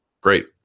Great